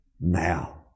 now